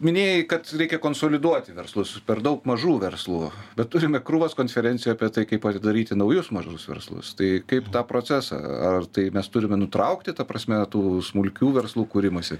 minėjai kad reikia konsoliduoti verslus per daug mažų verslų bet turime krūvas konferencijų apie tai kaip atidaryti naujus mažus verslus tai kaip tą procesą ar tai mes turime nutraukti ta prasme tų smulkių verslų kūrimąsi